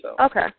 Okay